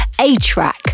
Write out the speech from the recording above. A-Track